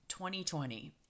2020